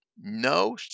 no